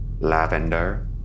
Lavender